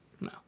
No